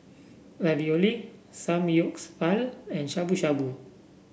Ravioli Samgyeopsal and Shabu Shabu